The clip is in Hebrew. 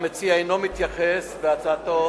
המציע אינו מתייחס בהצעתו